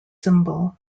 symbol